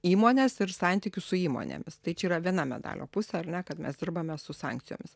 įmones ir santykius su įmonėmis tai čia yra viena medalio pusė ar ne kad mes dirbame su sankcijomis